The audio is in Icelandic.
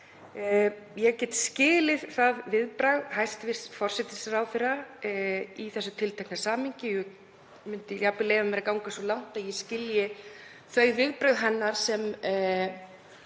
Ég get skilið það viðbragð hæstv. forsætisráðherra í þessu tiltekna samhengi og myndi jafnvel leyfa mér að ganga svo langt að ég skilji þau viðbrögð hennar sem